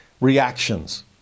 reactions